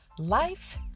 Life